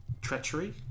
treachery